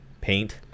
paint